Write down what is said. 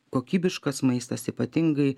kokybiškas maistas ypatingai